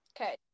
Okay